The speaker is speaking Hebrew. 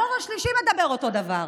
הדור השלישי מדבר אותו דבר.